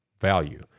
value